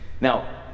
Now